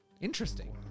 Interesting